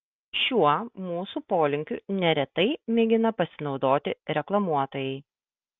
šiuo mūsų polinkiu neretai mėgina pasinaudoti reklamuotojai